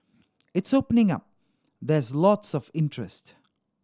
it's opening up there's lots of interest